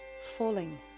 Falling